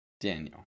Daniel